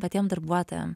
patiem darbuotojam